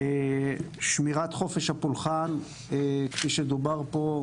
שמירת חופש הפולחן כפי שדובר פה,